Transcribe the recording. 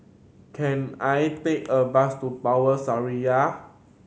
can I take a bus to Power Seraya